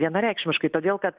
vienareikšmiškai todėl kad